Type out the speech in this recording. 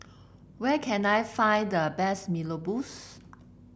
where can I find the best Mee Rebus